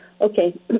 Okay